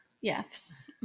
Yes